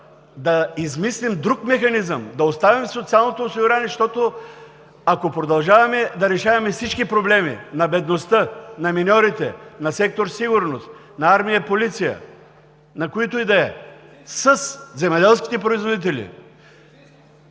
да измислим друг механизъм, да оставим социалното осигуряване, защото ако продължаваме да решаваме всички проблеми на бедността на миньорите, на сектор „Сигурност“, на армия и полиция, на които и да е, със земеделските производители,